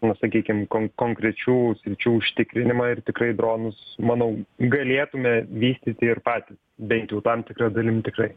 na sakykim kon konkrečių sričių užtikrinimą ir tikrai dronus manau galėtume vystyti ir patys bent jau tam tikra dalim tikrai